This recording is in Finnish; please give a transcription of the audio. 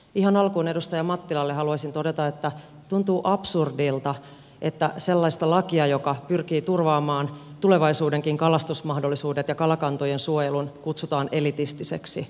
ihan alkuun edustaja mattilalle haluaisin todeta että tuntuu absurdilta että sellaista lakia joka pyrkii turvaamaan tulevaisuudenkin kalastusmahdollisuudet ja kalakantojen suojelun kutsutaan elitistiseksi